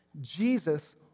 Jesus